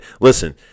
listen